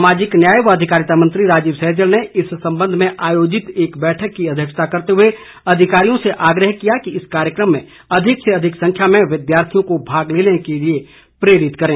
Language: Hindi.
सामाजिक न्याय व अधिकारिता मंत्री राजीव सहजल ने इस संबंध में आयोजित एक बैठक की अध्यक्षता करते हुए अधिकारियों से आग्रह किया कि इस कार्यक्रम में अधिक से अधिक संख्या में विद्यार्थियों को भाग लेने के लिए प्रेरित करें